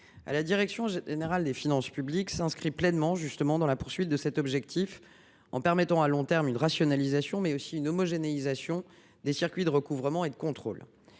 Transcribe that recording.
la direction générale des finances publiques s’inscrit pleinement dans cet objectif, en permettant, à long terme, une rationalisation, mais aussi une homogénéisation des circuits de recouvrement et de contrôle.